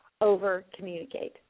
over-communicate